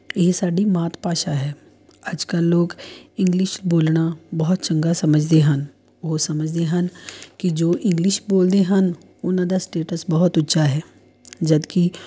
ਇਹ ਸਾਡੀ ਮਾਤ ਭਾਸ਼ਾ ਹੈ ਅੱਜ ਕੱਲ੍ਹ ਲੋਕ ਇੰਗਲਿਸ਼ ਬੋਲਣਾ ਬਹੁਤ ਚੰਗਾ ਸਮਝਦੇ ਹਨ ਉਹ ਸਮਝਦੇ ਹਨ ਕਿ ਜੋ ਇੰਗਲਿਸ਼ ਬੋਲਦੇ ਹਨ ਉਹਨਾਂ ਦਾ ਸਟੇਟਸ ਬਹੁਤ ਉੱਚਾ ਹੈ ਜਦਕਿ